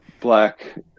black